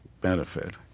benefit